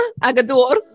Agador